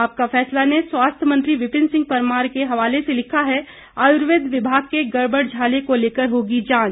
आपका फैसला ने स्वास्थ्य मंत्री विपिन सिंह परमार के हवाले से लिखा है आयुर्वेद विभाग के गढ़बड़ झाले को लेकर होगी जांच